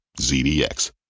ZDX